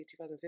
2015